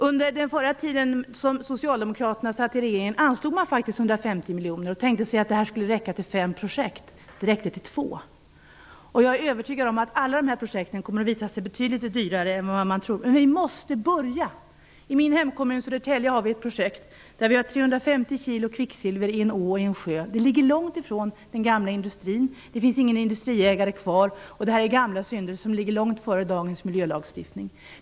Under den förra perioden när socialdemokraterna satt i regeringen anslog man faktiskt 150 miljoner och tänkte sig att det skulle räcka till fem projekt. Det räckte till två. Jag är övertygad om att alla dessa projekt kommer att visa sig betydligt dyrare än vad man tror, men vi måste börja. I min hemkommun Södertälje har vi ett projekt där vi har 350 kg kvicksilver i en å och i en sjö. De ligger långt ifrån den gamla industrin. Det finns ingen industriägare kvar. Det är gamla synder som hände långt före dagens miljölagstiftning.